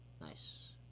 Nice